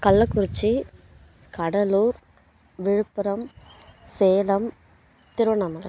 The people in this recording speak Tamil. கள்ளக்குறிச்சி கடலூர் விழுப்புரம் சேலம் திருவண்ணாமலை